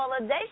validation